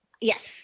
yes